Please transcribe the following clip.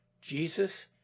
Jesus